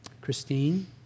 Christine